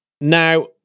Now